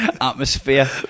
Atmosphere